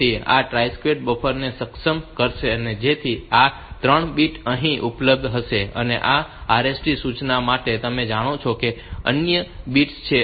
તેથી આ tri state buffer ને સક્ષમ કરશે જેથી આ 3 બીટ્સ અહીં ઉપલબ્ધ હશે અને આ RST સૂચના માટે તમે જાણો છો કે આ અન્ય બીટ્સ છે